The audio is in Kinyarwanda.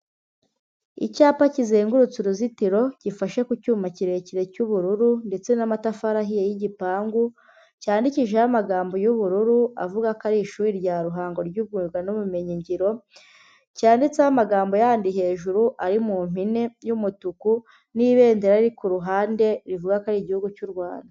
Icyapa kizengurutse uruzitiro gifashe ku cyuma kirekire cy'ubururu ndetse n'amatafari ahiye y'igipangu, cyandikishijeho amagambo y'ubururu avuga ko ari ishuri rya Ruhango ry'umwuga n'ubumenyingiro, cyanditseho amagambo yandi hejuru ari mu mpine y'umutuku n'ibendera riri ku ruhande rivuga ko ari Igihugu cy'u Rwanda.